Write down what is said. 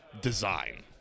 design